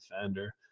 defender